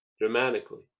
dramatically